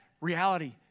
reality